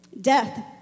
Death